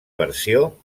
versió